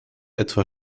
etwa